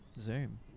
Zoom